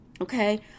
Okay